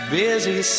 busy